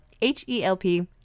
H-E-L-P